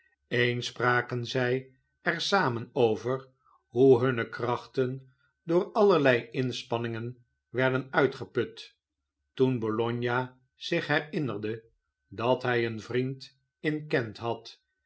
eens spraken zij er samen over hoe hunne krachten door allerlei inspanningen werden uitgeput toen bologna zich herinnerde dat hij een vriend in kent had